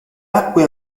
acque